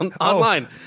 online